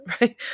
right